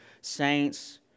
saints